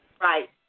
Right